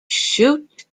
shoot